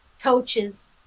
coaches